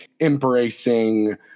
embracing